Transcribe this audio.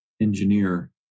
engineer